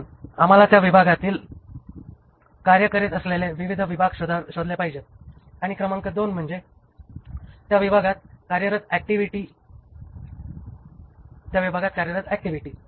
म्हणून आम्हाला त्या विभागातील कार्य करीत असलेले विविध विभाग शोधले पाहिजेत आणि क्रमांक 2 म्हणजे त्या विभागात कार्यरत ऍक्टिव्हिटी